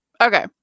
Okay